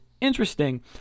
interesting